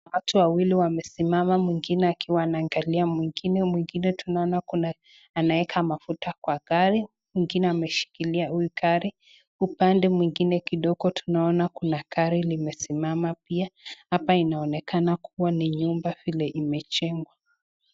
Watu wawili wamesimama. Mwingine akiwa ameangalia mwingine. Tunaona anaeka mafuta kwa gari mwingine ameshikilia hii gari. Upande mwengine kidogo tunaona kuna gari imesimama pia. Hapa inaonekana ni nyumba vile imejengwa.